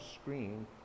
screen